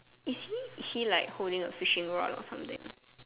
is he is he like holding a fishing rod or something